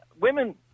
Women